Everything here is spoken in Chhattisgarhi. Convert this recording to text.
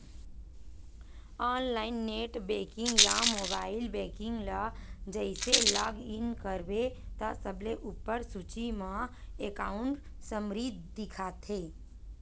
ऑनलाईन नेट बेंकिंग या मोबाईल बेंकिंग ल जइसे लॉग इन करबे त सबले उप्पर सूची म एकांउट समरी दिखथे